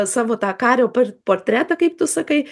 savo tą kario par portretą kaip tu sakai